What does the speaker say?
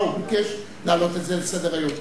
וביקש להעלות את זה לסדר-היום.